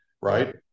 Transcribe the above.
right